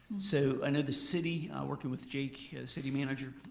so i know the city, working with jake, city manager,